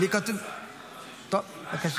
אוקיי.